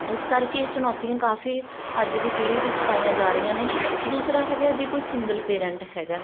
ਇਸ ਕਰਕੇ ਇਹ ਚੁਣੌਤੀਆਂ ਕਾਫੀ ਅੱਜ ਦੀ ਪੀੜ੍ਹੀ ਵਿੱਚ ਪਾਈਆਂ ਜਾ ਰਹੀਆਂ ਨੇ ਦੂਸਰਾ ਹੈਗਾ ਜੇ ਕੋਈ ਸਿੰਗਲ ਪੇਰੈਂਟ ਹੈਗਾ